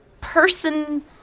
person